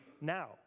now